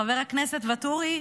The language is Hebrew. חבר הכנסת ואטורי,